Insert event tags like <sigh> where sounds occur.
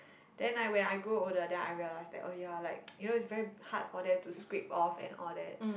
then I when I grow older then I realized that oh ya like <noise> you know it's very hard for them to scrape off and all that